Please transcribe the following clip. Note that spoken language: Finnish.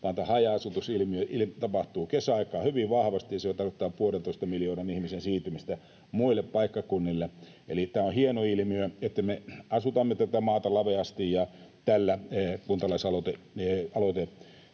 vaan tämä haja-asutusilmiö tapahtuu kesäaikaan hyvin vahvasti, ja se tarkoittaa puolentoista miljoonan ihmisen siirtymistä muille paikkakunnille. Tämä on hieno ilmiö, että me asutamme tätä maata laveasti, ja tällä kuntalaisaloiteuudistuksella,